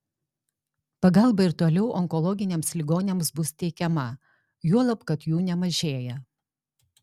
pagalba ir toliau onkologiniams ligoniams bus teikiama juolab kad jų nemažėja